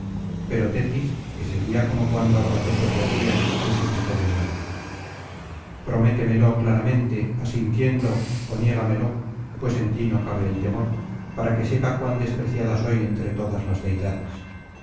pero tetis que seguía como cuando abrazó sus rodillas le suplicó de nuevo prométemelo claramente asintiendo ó niégamelo pues en ti no cabe el temor para que sepa cuan despreciada soy entre todas las deidades